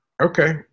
Okay